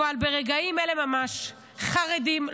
אבל ברגעים אלה ממש חרדים,